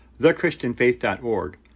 thechristianfaith.org